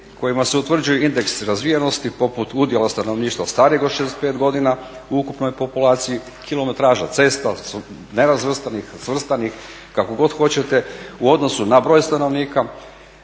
kojima se utvrđuju indeksi razvijenosti poput udjela stanovništva starijeg od 65 godina u ukupnoj populaciji, kilometraža cesta nerazvrstanih od svrstanih kako god hoćete u odnosu na broj stanovnika,